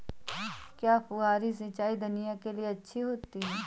क्या फुहारी सिंचाई धनिया के लिए अच्छी होती है?